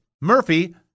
Murphy